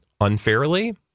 unfairly